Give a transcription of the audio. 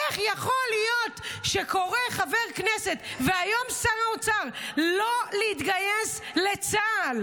איך יכול להיות שקורא חבר הכנסת אז והיום שר אוצר לא להתגייס לצה"ל?